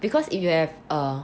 because if you have a